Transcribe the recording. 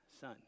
son